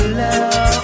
love